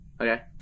Okay